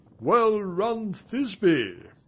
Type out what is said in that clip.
well run, thisby.